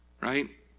right